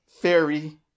Fairy